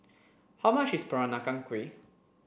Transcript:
how much is Peranakan Kueh